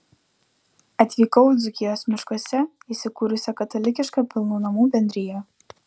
atvykau į dzūkijos miškuose įsikūrusią katalikišką pilnų namų bendriją